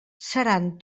seran